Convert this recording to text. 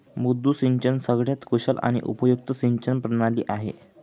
मुद्दू सिंचन सगळ्यात कुशल आणि उपयुक्त सिंचन प्रणाली आहे